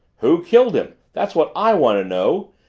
who killed him? that's what i want to know!